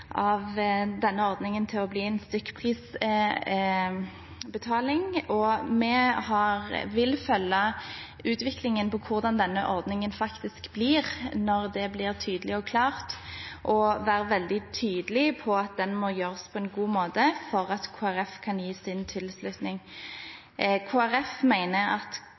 denne ordningen til å bli en stykkprisfinansiering. Vi vil følge med på utviklingen, på hvordan denne ordningen faktisk blir, når det blir klart, og være veldig tydelige på at den må gjøres på en god måte for at Kristelig Folkeparti kan gi sin tilslutning. Kristelig Folkeparti mener at